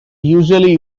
usually